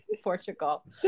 Portugal